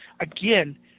again